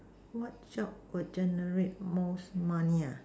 what job will generate most money